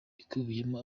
ikubiyemo